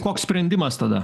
koks sprendimas tada